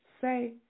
Say